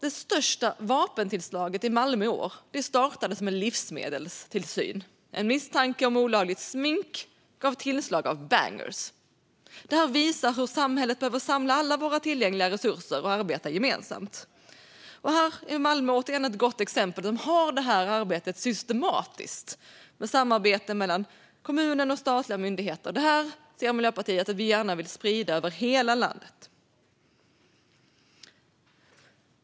Det största vapentillslaget i Malmö i år startades med livsmedelstillsyn. En misstanke om olagligt smink gav tillslag av bangers. Det här visar hur samhället behöver samla alla våra samlade resurser och arbeta gemensamt. Här är Malmö återigen ett gott exempel. De har det här arbetet systematiskt, med samarbete mellan kommunen och statliga myndigheter. Detta ser Miljöpartiet att vi gärna vill sprida över hela landet.